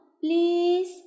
please